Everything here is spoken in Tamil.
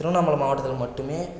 திருவண்ணாமலை மாவட்டத்தில் மட்டுமே